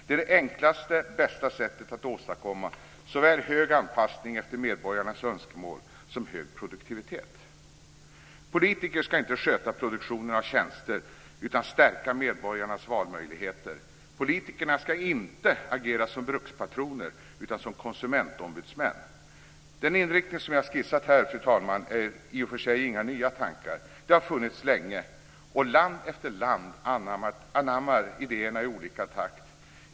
Det är det enklaste och bästa sättet att åstadkomma såväl hög anpassning efter medborgarnas önskemål som hög produktivitet. Politiker ska inte sköta produktionen av tjänster utan stärka medborgarnas valmöjligheter. Politikerna ska inte agera som brukspatroner utan som konsumentombudsmän. Den inriktning som jag har skissat här, fru talman, är i och för sig inte några nya tankar. De har funnits länge, och land efter land anammar idéerna i olika takt.